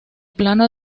plano